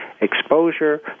exposure